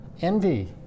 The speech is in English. envy